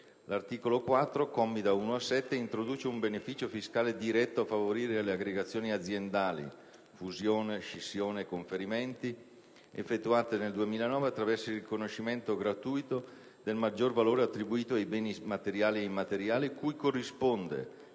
L'articolo 4, commi da 1 a 7, introduce un beneficio fiscale diretto a favorire le aggregazioni aziendali (fusione, scissione e conferimenti) effettuate nel 2009 attraverso il riconoscimento gratuito del maggior valore attribuito ai beni materiali e immateriali cui corrisponde,